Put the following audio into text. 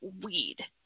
weed